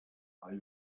are